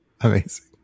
Amazing